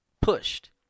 pushed